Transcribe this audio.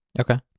Okay